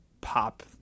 pop